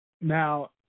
Now